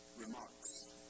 remarks